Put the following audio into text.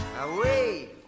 away